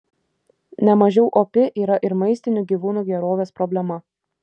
nemažiau opi yra ir maistinių gyvūnų gerovės problema